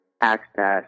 access